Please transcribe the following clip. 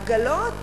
עגלות?